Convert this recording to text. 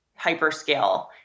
hyperscale